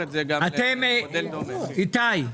איתי,